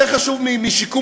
יותר חשוב משיקום